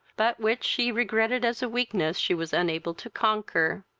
but which she regretted as a weakness she was unable to conquer.